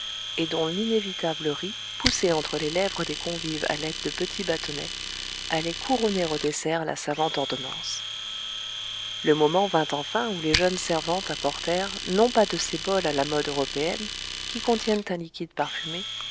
et dont l'inévitable riz poussé entre les lèvres des convives à l'aide de petits bâtonnets allait couronner au dessert la savante ordonnance le moment vint enfin où les jeunes servantes apportèrent non pas de ces bols à la mode européenne qui contiennent un liquide parfumé